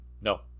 No